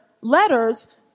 letters